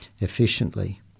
efficiently